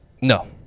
No